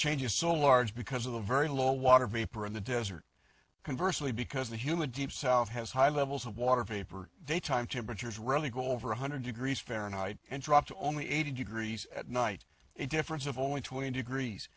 change is so large because of the very low water vapor in the desert converse only because the humid deep south has high levels of water vapor they time temperatures rarely go over one hundred degrees fahrenheit and drop to only eighty degrees at night a difference of only twenty degrees